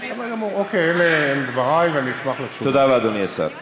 בסדר גמור.